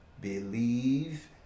Believe